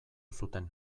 zuten